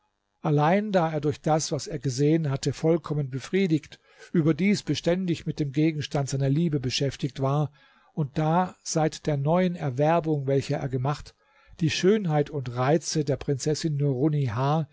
allein da er durch das was er gesehen hatte vollkommen befriedigt überdies beständig mit dem gegenstand seiner liebe beschäftigt war und da seit der neuen erwerbung welche er gemacht die schönheit und die reize der prinzessin